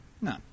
No